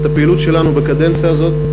את הפעילות שלנו בקדנציה הזאת,